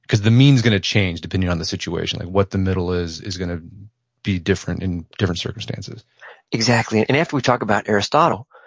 the mean's gonna change depending on the situation, what the middle is is gonna be different in different circumstances exactly. and after we talk about aristotle,